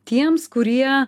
tiems kurie